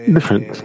Different